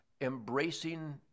embracing